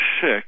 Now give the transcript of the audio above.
sick